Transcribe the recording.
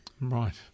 Right